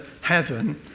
heaven